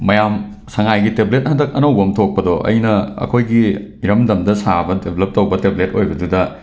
ꯃꯌꯥꯝ ꯁꯉꯥꯏꯒꯤ ꯇꯦꯕ꯭ꯂꯦꯠ ꯍꯟꯗꯛ ꯑꯅꯧꯕ ꯑꯝ ꯊꯣꯛꯄꯗꯣ ꯑꯩꯅ ꯑꯩꯈꯣꯏꯒꯤ ꯏꯔꯝꯗꯝꯗ ꯁꯥꯕ ꯗꯦꯕ꯭ꯂꯞ ꯇꯧꯕ ꯇꯦꯕ꯭ꯂꯦꯠ ꯑꯣꯏꯕꯗꯨꯗ